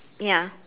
ya